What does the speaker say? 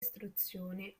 istruzione